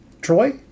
Troy